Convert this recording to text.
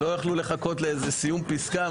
לא יכלו לחכות לאיזה סיום פסקה?